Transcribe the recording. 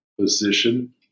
position